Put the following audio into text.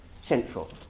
central